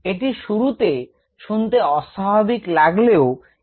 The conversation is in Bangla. এটি শুরুতে শুনতে অস্বাভাবিক লাগলেও এটি ধরে নেব